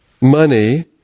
money